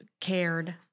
cared